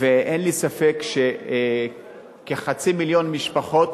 אין לי ספק שכחצי מיליון משפחות